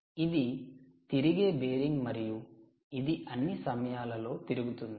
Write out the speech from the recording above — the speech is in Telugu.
ఇది తిరిగే బేరింగ్ మరియు ఇది అన్ని సమయాలలో తిరుగుతుంది